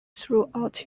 throughout